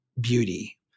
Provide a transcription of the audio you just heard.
beauty